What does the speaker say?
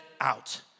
out